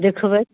देखबै